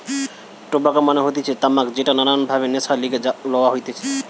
tobacco মানে হতিছে তামাক যেটা নানান ভাবে নেশার লিগে লওয়া হতিছে